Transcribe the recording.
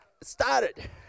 started